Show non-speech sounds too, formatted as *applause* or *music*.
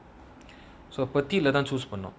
*breath* so petite lah தா:thaa choose பண்ணு:pannu